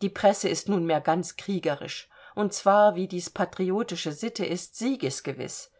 die presse ist nunmehr ganz kriegerisch und zwar wie dies patriotische sitte ist siegesgewiß